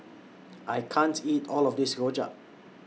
I can't eat All of This Rojak